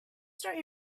start